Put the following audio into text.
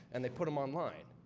and they put them online.